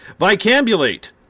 Vicambulate